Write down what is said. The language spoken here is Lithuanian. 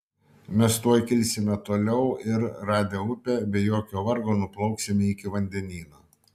mes tuoj kilsime toliau ir radę upę be jokio vargo nuplauksime iki vandenyno